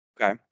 Okay